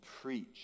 preach